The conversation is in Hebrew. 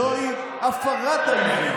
זוהי הפרת האיזון.